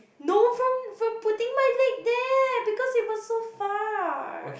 no from from putting my leg there because it was so far